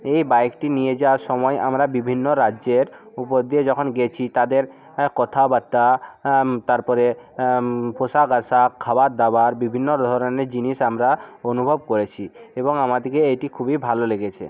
এই বাইকটি নিয়ে যাওয়ার সময় আমরা বিভিন্ন রাজ্যের উপর দিয়ে যখন গেছি তাদের হ্যাঁ কথাবার্তা তারপরে পোশাক আশাক খাবার দাবার বিভিন্ন ধরনের জিনিস আমরা অনুভব করেছি এবং আমাদেরকে এটি খুবই ভালো লেগেছে